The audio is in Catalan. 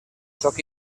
sóc